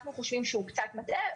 אנחנו חושבים שהוא קצת מטעה,